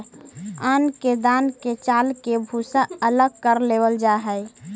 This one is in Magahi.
अन्न के दान के चालके भूसा अलग कर लेवल जा हइ